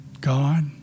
God